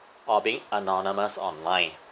of being anonymous online